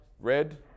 Red